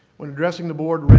when addressing the board,